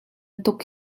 tuk